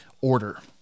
order